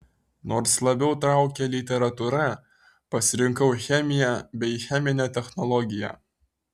nors labiau traukė literatūra pasirinkau chemiją bei cheminę technologiją